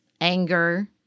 anger